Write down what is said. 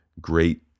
great